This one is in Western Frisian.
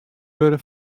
wurde